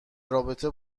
رابطه